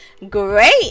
Great